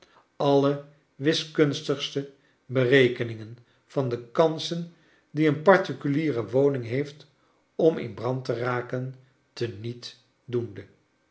alle wiskunstige berekeningen van de kansen die een particuliere woning heeft om in brand to raken te niet doende